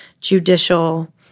judicial